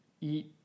eat